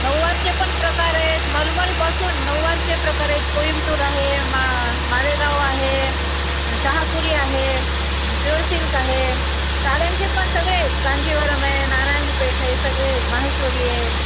नऊवारचे पण प्रकार आहेत मलमलपासून नऊवारचे प्रकार आहेत कोईम्बतूर आहे मा मालेगाव आहे शहापुरी आहे प्युअर सिल्क आहे साड्यांचे पण सगळे कांजीवरम आहे नारायणपेठ आहे सगळेच महेश्वरी आहे